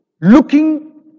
looking